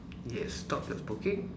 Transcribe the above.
yes stop the smoking